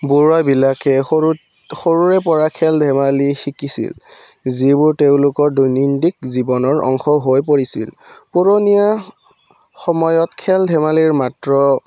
বৰুৱাবিলাকে সৰু সৰুৰেপৰা খেল ধেমালি শিকিছিল যিবোৰ তেওঁলোকৰ দৈনন্দিন জীৱনৰ অংশ হৈ পৰিছিল পুৰণি সময়ত খেল ধেমালিৰ মাত্ৰ